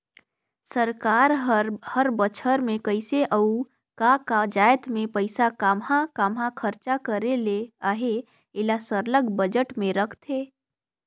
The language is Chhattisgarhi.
सरकार हर हर बछर में कइसे अउ का का जाएत में पइसा काम्हां काम्हां खरचा करे ले अहे एला सरलग बजट में रखथे